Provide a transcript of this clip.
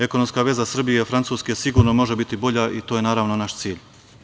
Ekonomska veza Srbije i Francuske sigurno može biti bolja i to je, naravno, naš cilj.